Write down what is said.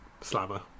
slammer